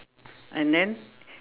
and then